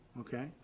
okay